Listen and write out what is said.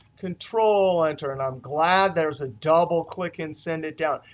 control enter, and i'm glad there was a double click, and send it down.